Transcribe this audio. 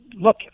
look